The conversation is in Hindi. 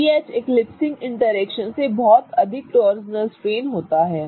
C H एक्लिप्सिंग इंटरेक्शन से बहुत अधिक टॉर्सनल स्ट्रेन होता है